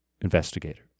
investigator